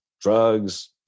drugs